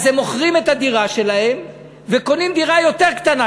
שהם מוכרים את הדירה שלהם וקונים דירה יותר קטנה,